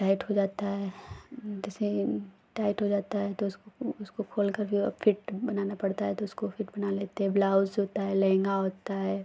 tight हो जाता है जैसे टाइट हो जाता है तो उसको उसको खोलकर जो है फ़िट बनाना पड़ता है तो उसको फ़िट बना लेते हैं ब्लाउज़ होता है लहँगा होता है